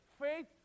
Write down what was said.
faith